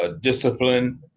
discipline